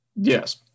yes